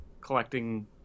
collecting